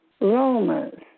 Romans